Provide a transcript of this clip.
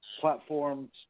platforms